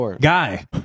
Guy